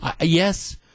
Yes